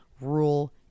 rural